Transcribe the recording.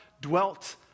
dwelt